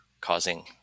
causing